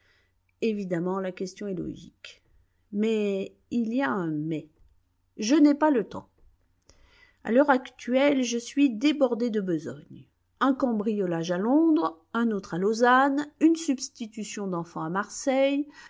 évidemment la question est logique mais il y a un mais je n'ai pas le temps à l'heure actuelle je suis débordé de besogne un cambriolage à londres un autre à lausanne une substitution d'enfant à marseille